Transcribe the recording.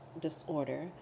disorder